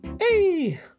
Hey